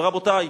רבותי,